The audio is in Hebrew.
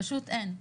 פשוט אין,